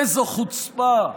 איזו חוצפה,